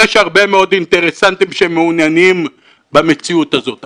יש הרבה מאוד אינטרסנטים שמעוניינים במציאות הזאת.